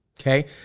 Okay